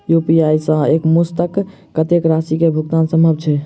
UPI सऽ एक मुस्त कत्तेक राशि कऽ भुगतान सम्भव छई?